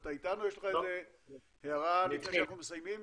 יש לך איזה הערה לפני שאנחנו מסיימים?